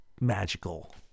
magical